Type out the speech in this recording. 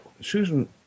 Susan